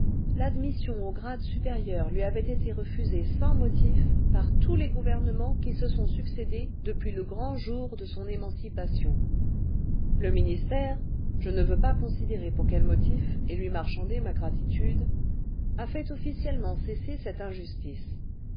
l'admission aux grades supérieurs lui avait été refusée sans motif par tous les gouvernements qui se sont succédé depuis le grand jour de son émancipation le ministère je ne veux pas considérer pour quels motifs et lui marchander ma gratitude a fait officiellement cesser cette injustice